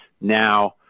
now